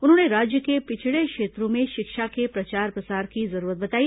उन्होंने राज्य के पिछड़े क्षेत्रों में शिक्षा के प्रचार प्रसार की जरूरत बताई